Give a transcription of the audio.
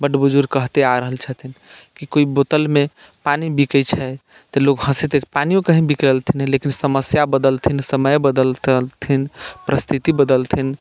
बड़ बुजुर्ग कहिते आ रहल छथिन कि कोइ बोतलमे पानि बिकैत छै तऽ लोक हँसैत छै पानियो कहीँ बिकलथिन लेकिन समस्या बदलथिन समय बदलथिन परिस्थिति बदलथिन